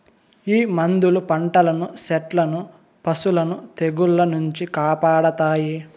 ఈ మందులు పంటలను సెట్లను పశులను తెగుళ్ల నుంచి కాపాడతాయి